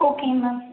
okay ma'am